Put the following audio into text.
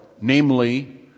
namely